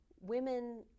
women